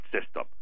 system